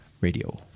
Radio